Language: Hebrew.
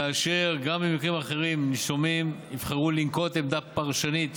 וגם במקרים אחרים נישומים יבחרו לנקוט עמדה פרשנית